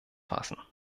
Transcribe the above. fassen